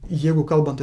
jeigu kalbant